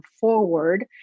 forward